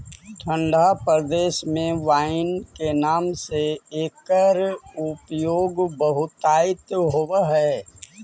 ठण्ढा प्रदेश में वाइन के नाम से एकर उपयोग बहुतायत होवऽ हइ